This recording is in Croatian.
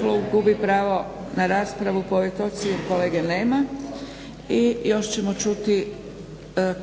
Klub gubi pravo na raspravu po ovoj točci jer kolege nema. I još ćemo čuti